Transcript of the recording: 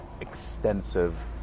extensive